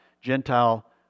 Gentile